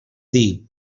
dir